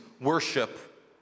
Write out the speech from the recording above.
worship